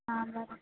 हां बरं